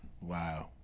Wow